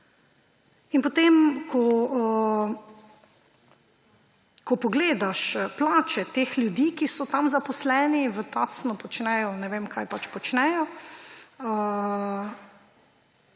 In ko pogledaš plače teh ljudi, ki so zaposleni v Tacnu, počnejo ne vem kaj pač počnejo,